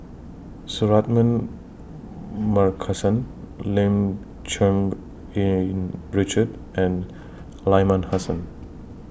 Suratman Markasan Lim Cherng Yih Richard and Aliman Hassan